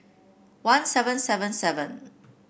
one seven seven seven